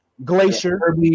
Glacier